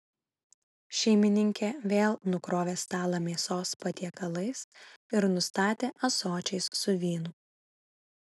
šeimininkė vėl nukrovė stalą mėsos patiekalais ir nustatė ąsočiais su vynu